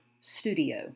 studio